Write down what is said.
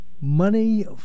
money